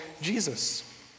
Jesus